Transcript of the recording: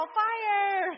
fire